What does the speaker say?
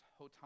hotan